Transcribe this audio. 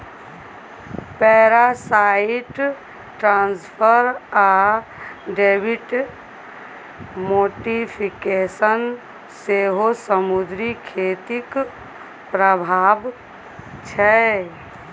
parasite transfer आ habitat modification सेहो समुद्री खेतीक प्रभाब छै